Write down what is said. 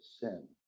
sin